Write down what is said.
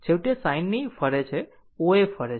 તે છેવટે sin ની છે O A ફરે છે